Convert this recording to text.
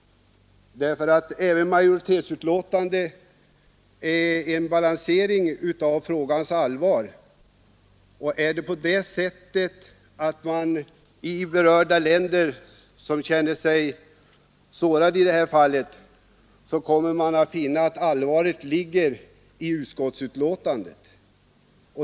Om man i de berörda länderna skulle känna sig sårad av uttalanden från oss, skulle ett enhälligt betänkande ha stor tyngd.